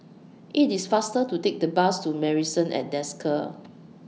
IT IS faster to Take The Bus to Marrison At Desker